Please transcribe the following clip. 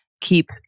keep